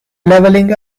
leveling